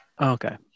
okay